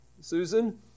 Susan